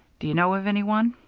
do you know of any one?